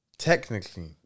Technically